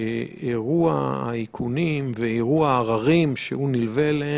שאירוע האיכונים ואירוע העררים שנלווה אליו